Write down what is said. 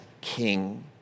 king